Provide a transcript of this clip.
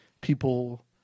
people